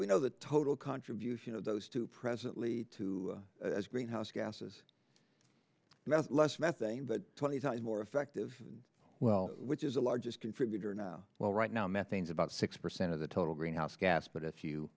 we know the total contribution of those two presently to as greenhouse gases mass less methane but twenty times more effective well which is the largest contributor now well right now methane's about six percent of the total greenhouse gas but if you